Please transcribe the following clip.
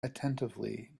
attentively